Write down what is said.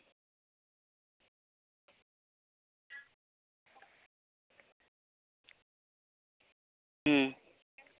ᱦᱩᱸ